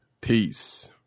peace